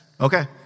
Okay